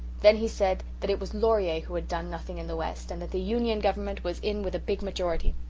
then he said that it was laurier who had done nothing in the west, and that the union government was in with a big majority.